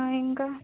ఇంకా